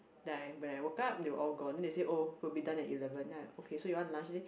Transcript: then when I woke up they were all gone then they say oh we'll be done at eleven then I okay so you want lunch today